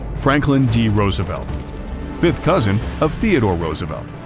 franklin d roosevelt fifth cousin of theodore roosevelt,